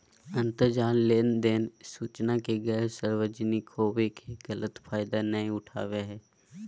अंतरजाल लेनदेन सूचना के गैर सार्वजनिक होबो के गलत फायदा नयय उठाबैय हइ